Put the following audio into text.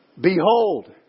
behold